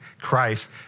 Christ